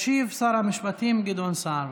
ישיב שר המשפטים גדעון סער.